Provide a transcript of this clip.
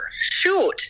Shoot